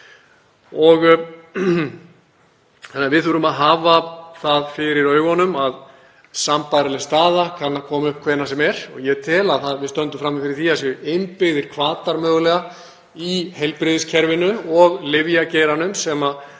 dag. Við þurfum að hafa það fyrir augunum að sambærileg staða kann að koma upp hvenær sem er. Ég tel að við stöndum frammi fyrir því að það séu innbyggðir hvatar mögulega í heilbrigðiskerfinu og lyfjageiranum sem